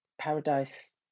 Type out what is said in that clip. paradise